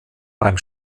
beim